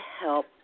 help